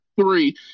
three